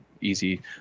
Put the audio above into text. easy